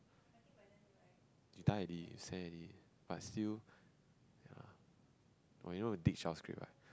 you tired already you seh already but still ya oh you know the script right